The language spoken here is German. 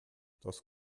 das